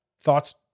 Thoughts